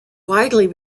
widely